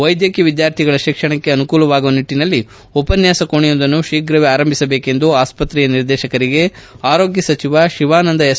ವೈದ್ಯಕೀಯ ವಿದ್ವಾರ್ಥಿಗಳ ಶಿಕ್ಷಣಕ್ಕೆ ಅನುಕೂಲವಾಗುವ ನಿಟ್ಟನಲ್ಲಿ ಉಪನ್ನಾಸ ಕೋಣೆಯೊಂದನ್ನು ಶೀಫ್ರ ಆರಂಭಿಸಬೇಕೆಂದು ಆಸ್ಪತ್ರೆಯ ನಿರ್ದೇಶಕರಿಗೆ ಆರೋಗ್ಯ ಸಚಿವ ಶಿವಾನಂದ ಎಸ್